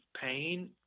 pain